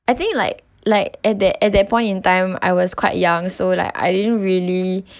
I think like like at that at that point in time I was quite young so like I didn't really